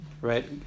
right